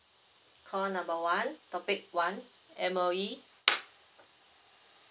call number one topic one M_O_E